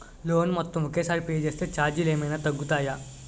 Loan మొత్తం ఒకే సారి పే చేస్తే ఛార్జీలు ఏమైనా తగ్గుతాయా?